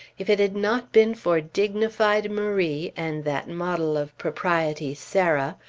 if it had not been for dignified marie, and that model of propriety, sarah,